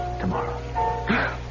Tomorrow